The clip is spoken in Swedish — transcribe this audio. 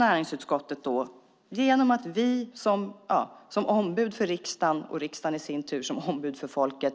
Näringsutskottet har som ombud för riksdagen, och riksdagen i sin tur som ombud för folket,